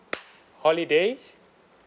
holidays